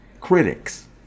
critics